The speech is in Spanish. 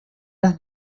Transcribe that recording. las